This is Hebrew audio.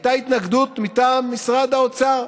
הייתה התנגדות מטעם משרד האוצר.